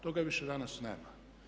Toga više danas nema.